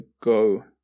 go